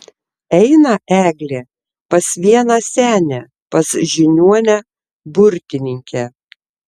eina eglė pas vieną senę pas žiniuonę burtininkę